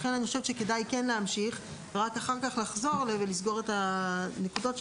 לכן כדאי להמשיך ורק אחר כך לחזור ולסגור את הנקודות.